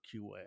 QA